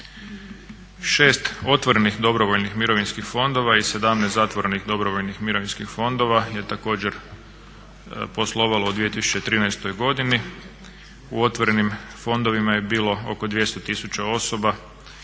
6 otvorenih dobrovoljnih mirovinskih fondova i 17 zatvorenih dobrovoljnih mirovinskih fondova je također poslovalo u 2013. godini. U otvorenim fondovima je bilo oko 200 tisuća osoba